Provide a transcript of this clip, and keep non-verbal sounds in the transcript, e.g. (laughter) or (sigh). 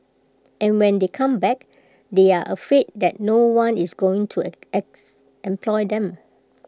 and when they come back they are afraid that no one is going to (unintelligible) employ them